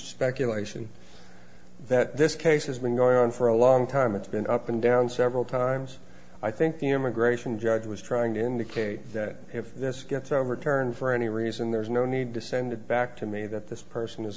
speculation that this case has been going on for a long time it's been up and down several times i think the immigration judge was trying to indicate that if this gets overturned for any reason there's no need to send it back to me that this person is